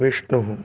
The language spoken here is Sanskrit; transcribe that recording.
विष्णुः